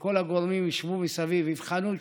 שכל הגורמים ישבו מסביב ויבחנו את